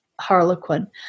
harlequin